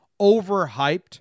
overhyped